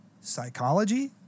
psychology